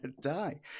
die